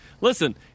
listen